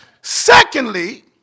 Secondly